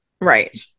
Right